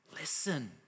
Listen